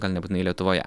gal nebūtinai lietuvoje